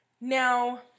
Now